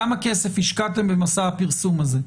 כמה כסף השקעתם במסע הפרסום הזה,